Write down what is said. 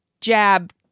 jab